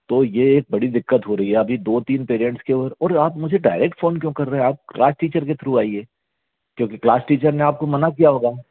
तो ये बड़ी दिक्कत हो रही है अभी दो तीन पिरियड्स के और और आप मुझे डायरेक्ट फ़ोन क्यों कर रहे हैं आप क्लास टीचर के थ्रू आइए क्योंकि क्लास टीचर ने आपको माना किया होगा